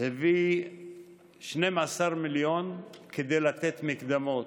הביא 12 מיליון כדי לתת מקדמות.